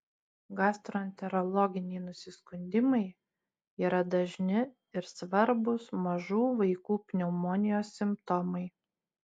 gastroenterologiniai nusiskundimai yra dažni ir svarbūs mažų vaikų pneumonijos simptomai